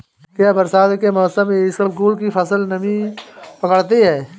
क्या बरसात के मौसम में इसबगोल की फसल नमी पकड़ती है?